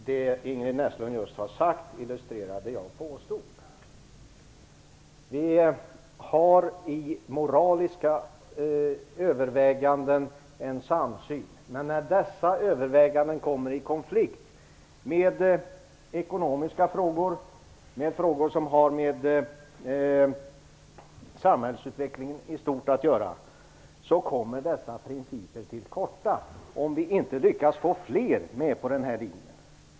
Herr talman! Det Ingrid Näslund just har sagt illustrerar det jag påstod. Vi har i moraliska överväganden en samsyn, men när dessa överväganden kommer i konflikt med ekonomiska frågor, frågor som har med samhällsutvecklingen i stort att göra, kommer dessa principer till korta, om vi inte lyckas få fler med på vår linje.